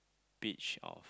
beach of